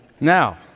Now